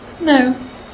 No